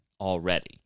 Already